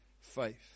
faith